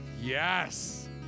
Yes